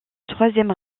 troisième